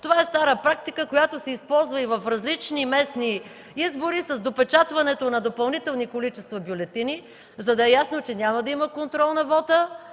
това е стара практика, която се използва и в различни местни избори, с допечатването на допълнителни количества бюлетини; за да е ясно, че няма да има контрол на вота